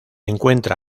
encuentra